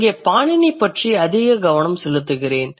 இங்கே பாணினி பற்றி அதிக கவனம் செலுத்துகிறேன்